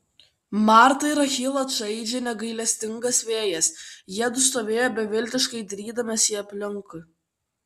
martą ir achilą čaižė negailestingas vėjas jiedu stovėjo beviltiškai dairydamiesi aplink